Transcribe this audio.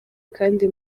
kandi